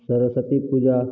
Saraswati Puja